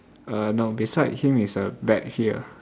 uh no beside him is a bet here